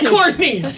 Courtney